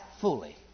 fully